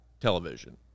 television